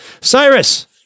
Cyrus